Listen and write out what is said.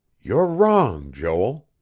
you're wrong, joel.